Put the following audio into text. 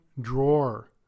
drawer